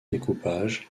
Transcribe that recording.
découpage